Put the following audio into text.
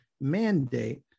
mandate